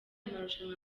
marushanwa